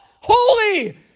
holy